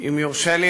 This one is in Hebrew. אם יורשה לי,